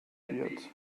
wird